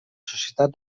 societat